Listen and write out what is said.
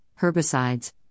herbicides